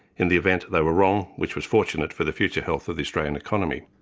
in the event, they were wrong, which was fortunate for the future health of the australian economy.